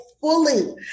fully